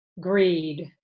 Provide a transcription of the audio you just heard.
greed